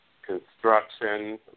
construction